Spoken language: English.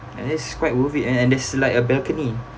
and it's quite worth it and and there's like a balcony